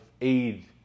aid